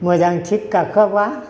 मोजां थिग गाखोआबा